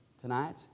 Tonight